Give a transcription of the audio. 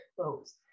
close